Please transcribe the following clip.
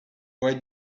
why